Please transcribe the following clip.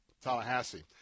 Tallahassee